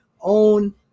own